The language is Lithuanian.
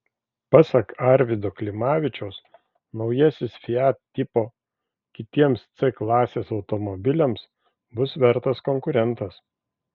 pasak arvydo klimavičiaus naujasis fiat tipo kitiems c klasės automobiliams bus vertas konkurentas